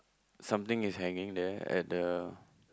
something is hanging there at the